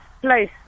place